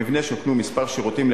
במבנה שוכנו כמה שירותים,